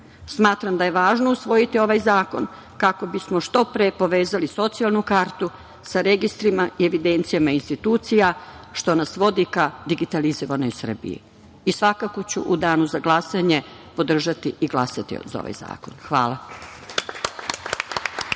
da je važno usvojiti ovaj zakon, kako bismo što pre povezali socijalnu kartu sa registrima i evidencijama intuicija, što nas vodi ka digitalizovanoj Srbiji. Svakako ću u danu za glasanje podržati i glasati za ovaj zakon. Hvala.